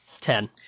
Ten